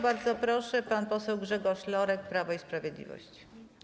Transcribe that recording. Bardzo proszę, pan poseł Grzegorz Lorek, Prawo i Sprawiedliwość.